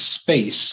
space